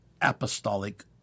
apostolic